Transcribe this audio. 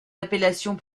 appellations